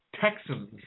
Texans